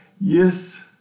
yes